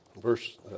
verse